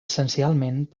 essencialment